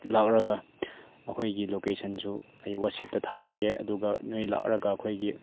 ꯂꯥꯛꯂꯒ ꯑꯩꯈꯣꯏꯒꯤ ꯂꯣꯀꯦꯁꯟꯁꯨ ꯑꯩ ꯋꯥꯠꯆꯞꯇ ꯊꯥꯔꯛꯀꯦ ꯑꯗꯨꯒ ꯅꯣꯏ ꯂꯥꯛꯂꯒ ꯑꯩꯈꯣꯏꯒꯤ